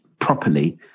properly